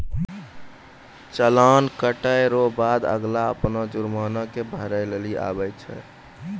चालान कटे रो बाद अगला अपनो जुर्माना के भरै लेली आवै छै